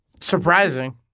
surprising